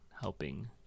helping